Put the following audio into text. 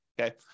okay